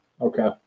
Okay